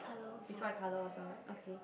is white color also right okay